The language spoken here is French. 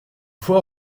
fois